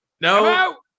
No